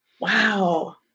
wow